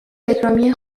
تلگرامی